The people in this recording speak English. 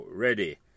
Ready